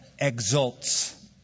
Exults